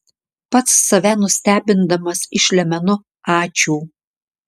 pats save nustebindamas išlemenu ačiū